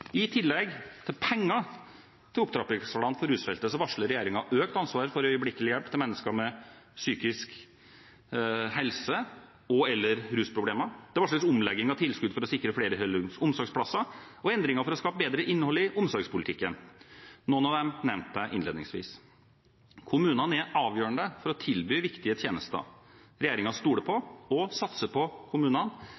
I tillegg til penger til opptrappingsplanen for rusfeltet varsler regjeringen økt ansvar for øyeblikkelig hjelp til mennesker med psykiske helseproblemer og/eller rusproblemer. Det varsles omlegging av tilskudd for å sikre flere heldøgns omsorgsplasser og endringer for å skape bedre innhold i omsorgspolitikken – noen av dem nevnte jeg innledningsvis. Kommunene er avgjørende for å tilby viktige tjenester – regjeringen stoler på